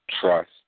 trust